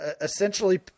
essentially